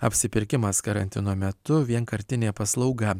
apsipirkimas karantino metu vienkartinė paslauga